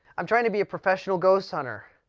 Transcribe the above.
i'm trying to be a professional ghost hunter